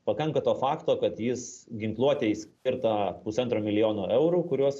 pakanka to fakto kad jis ginkluotei skirta pusantro milijono eurų kuriuos